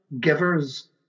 givers